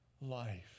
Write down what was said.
life